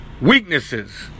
weaknesses